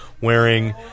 wearing